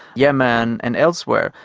yemen and elsewhere.